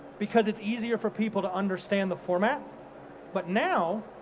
because it's easier for people to understand the format but now,